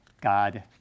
God